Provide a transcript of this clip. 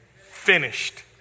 finished